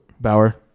Bauer